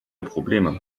probleme